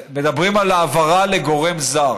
מדברים על העברה לגורם זר.